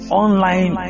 online